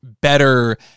better